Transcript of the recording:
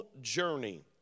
journey